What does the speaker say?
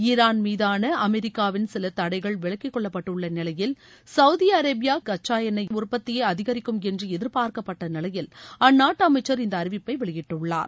Iran மீதான அமெரிக்காவின் சில தடைகள் விலக்கிக்கொள்ளப்பட்டுள்ள நிலையில் சவுதி அரேபியா கச்சா எண்ணெய் உற்பத்தியை அதிகரிக்கும் என்று எதிர்பார்க்கப்பட்ட நிலையில் அந்நாட்டு அமைச்சர் இந்த அறிவிப்பை வெளியிட்டுள்ளார்